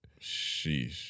Sheesh